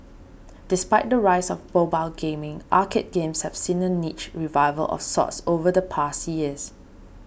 despite the rise of mobile gaming arcade games have seen a niche revival of sorts over the past years